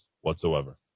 whatsoever